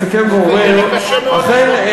מסכם ואומר: אכן,